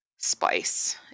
spice